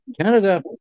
Canada